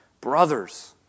brothers